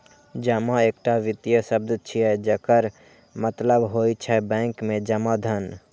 जमा एकटा वित्तीय शब्द छियै, जकर मतलब होइ छै बैंक मे जमा धन